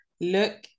Look